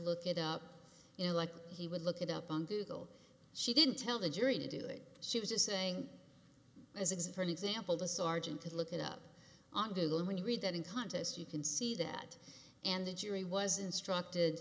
look it up you know like he would look it up on google she didn't tell the jury to do it she was just saying as it is for an example the sergeant had looked it up on google and when you read that in contests you can see that and the jury was instructed